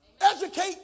educate